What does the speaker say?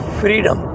freedom